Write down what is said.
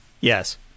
Yes